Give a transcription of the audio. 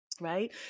right